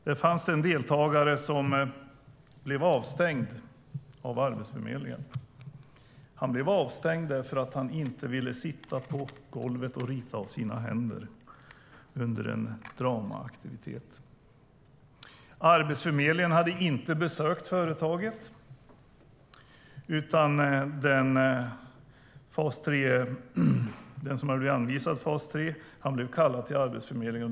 Det fanns en deltagare som blev avstängd av Arbetsförmedlingen. Han blev avstängd därför att han inte ville sitta på golvet och rita av sina händer under en dramaaktivitet. Arbetsförmedlingen hade inte besökt företaget. Den som hade blivit anvisad till fas 3 blev kallad till Arbetsförmedlingen.